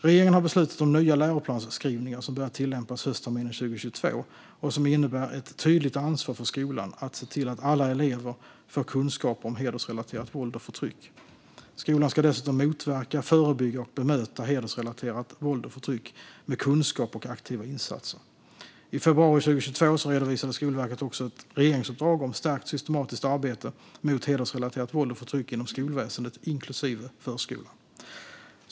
Regeringen har beslutat om nya läroplansskrivningar som börjar tillämpas höstterminen 2022 och som innebär ett tydligt ansvar för skolan att se till att alla elever får kunskaper om hedersrelaterat våld och förtryck. Skolan ska dessutom motverka, förebygga och bemöta hedersrelaterat våld och förtryck med kunskap och aktiva insatser. I februari 2022 redovisade Skolverket också ett regeringsuppdrag om stärkt systematiskt arbete mot hedersrelaterat våld och förtryck inom skolväsendet, inklusive förskolan.